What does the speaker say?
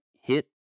hit